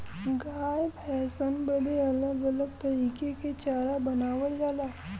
गाय भैसन बदे अलग अलग तरीके के चारा बनावल जाला